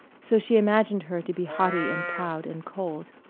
so she imagined her to be haughty and proud and cold.